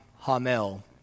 Hamel